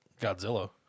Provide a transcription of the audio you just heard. Godzilla